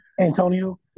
Antonio